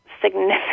significant